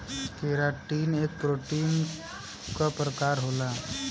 keratin एक protein क प्रकार होला